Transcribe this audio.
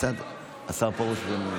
השר פרוש.